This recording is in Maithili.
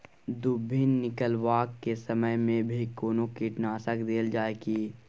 दुभी निकलबाक के समय मे भी कोनो कीटनाशक देल जाय की?